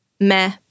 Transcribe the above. meh